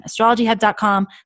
astrologyhub.com